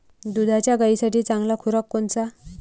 दुधाच्या गायीसाठी चांगला खुराक कोनचा?